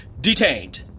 detained